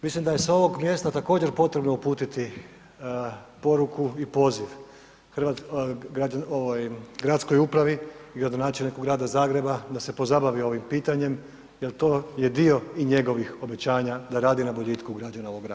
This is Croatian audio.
Mislim da je s ovog mjesta također potrebno uputiti poruku i poziv gradskoj upravi i gradonačelniku grada Zagreba da se pozabavi ovim pitanjem jel to je dio i njegovih obećanja da radi na boljitku građana ovog grada.